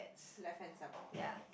left hand side of the racket